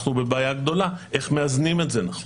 אנחנו בבעיה גדולה והשאלה היא איך מאזנים את זה נכון.